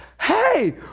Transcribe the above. Hey